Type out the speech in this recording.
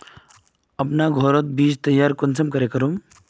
अपना घोरोत बीज तैयार कुंसम करे करूम?